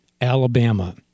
Alabama